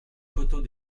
coteau